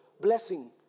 blessing